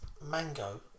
mango